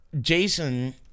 Jason